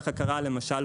ככה קרה למשל